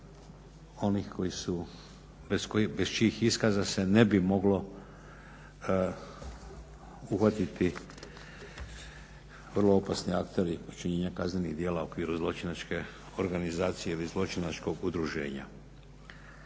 onih koji su, bez čijih iskaza se ne bi moglo uhvatiti vrlo opasni akteri počinjenja kaznenih djela u okviru zločinačke organizacije ili zločinačkog udruženja.